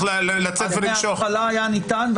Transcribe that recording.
בהתחלה היה ניתן,